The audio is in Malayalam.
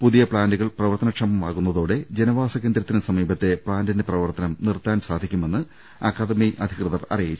പുതിയ പ്ലാന്റുകൾ പ്രവർത്തനക്ഷമമാകുന്നതോടെ ജനവാസകേന്ദ്രത്തിനു സമീപത്തെ പ്പാന്റിന്റെ പ്രവർത്തനം നിർത്താൻ സാധിക്കുമെന്ന് അക്കാദമി അധികൃതർ അറിയിച്ചു